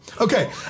Okay